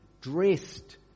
dressed